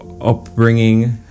upbringing